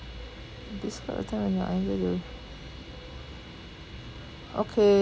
describe a time when you okay